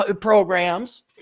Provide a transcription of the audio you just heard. programs